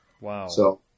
Wow